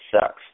sucks